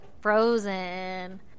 Frozen